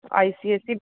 I C S E